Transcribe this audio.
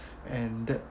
and that